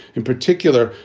in particular,